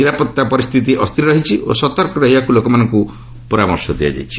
ନିରାପତ୍ତା ପରିସ୍ଥିତି ଅସ୍ଥିର ରହିଛି ଓ ସତର୍କ ରହିବାକୁ ଲୋକମାନଙ୍କୁ ପରାମର୍ଶ ଦିଆଯାଇଛି